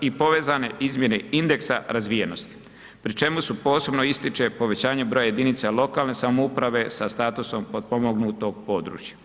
i povezane izmjene indeksa razvijenosti pri čemu se posebno ističe povećanje broja jedinica lokalne samouprave sa statusom potpomognutog područja.